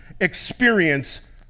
experience